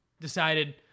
decided